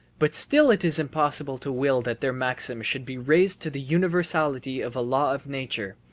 but still it is impossible to will that their maxim should be raised to the universality of a law of nature,